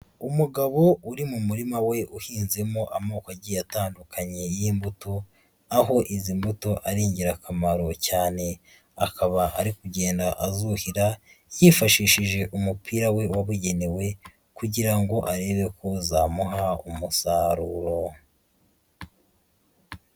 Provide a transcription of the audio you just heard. Umugabo uri mu murima we uhinzemo amoko agiye atandukanye y'imbuto, aho izi mbuto ari ingirakamaro cyane, akaba ari kugenda azuhira, yifashishije umupira we wabugenewe kugira ngo arebe ko zamuha umusaruro.